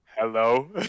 Hello